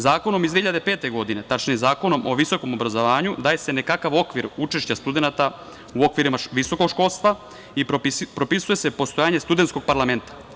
Zakonom iz 2005. godine, tačnije Zakonom o visokom obrazovanju, daje se nekakav okvir učešća studenata u okvirima visokog školstva i propisuje se postojanje studentskog parlamenta.